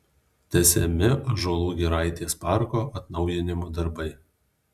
tęsiami ąžuolų giraitės parko atnaujinimo darbai